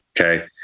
Okay